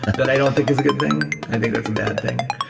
that i don't think is a good thing. i think that's a bad thing.